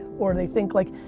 or they think like,